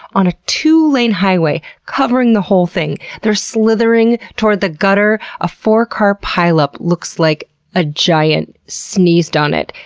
on a two-lane highway, covering the whole thing. they're slithering toward the gutter, a four car pileup looks like a giant sneezed on it.